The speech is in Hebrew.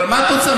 אבל מה את רוצה?